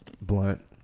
blunt